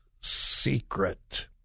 secret